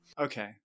Okay